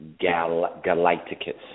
Galacticus